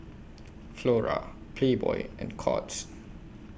Flora Playboy and Courts